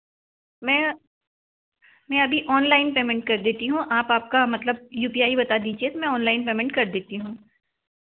मैं मैं अभी ऑनलाइन पेमेंट कर देती हूँ आप आपका मतलब यू पी आई बता दीजिए मैं अभी ऑनलाइन पेमेंट कर देती हूँ